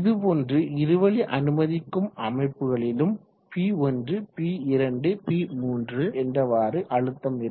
இதுபோன்று இருவழி அனுமதிக்கும் அமைப்புகளிலும் P1 P2 P3 என்றவாறு அழுத்தம் இருக்கும்